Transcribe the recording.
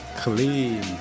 Clean